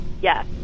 Yes